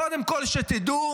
קודם כול, שתדעו: